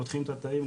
פותחים את התאים,